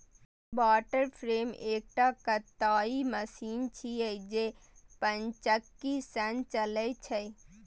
water frame एकटा कताइ machine छियै, जे पनचक्की सं चलै छै